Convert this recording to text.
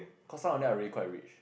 cause some of them are really quite rich